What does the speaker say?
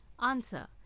answer